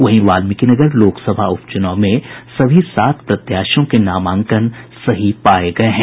वहीं वाल्मिकी नगर लोकसभा उपचुनाव में सभी सात प्रत्याशियों के नामांकन सही पाये गये हैं